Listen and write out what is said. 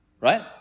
right